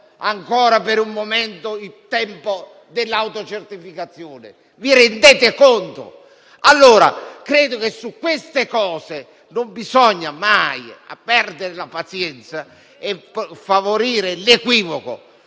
ancora per un momento il tempo della autocertificazione. Vi rendete conto? Ritengo quindi che su questi temi non bisogna mai perdere la pazienza e favorire una